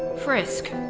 frisk